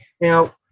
Now